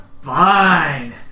Fine